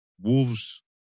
Wolves